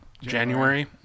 January